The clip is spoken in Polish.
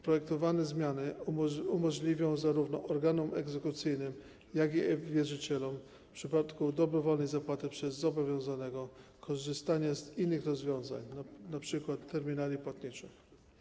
Projektowane zmiany umożliwią zarówno organom egzekucyjnym, jak i wierzycielom - w przypadku dobrowolnej zapłaty przez zobowiązanego - korzystanie z innych rozwiązań np. terminali płatniczych.